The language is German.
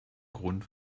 grund